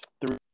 three